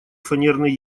фанерный